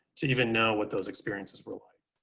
to even know what those experiences were like.